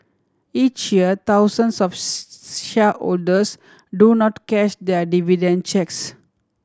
each year thousands of shareholders do not cash their dividend cheques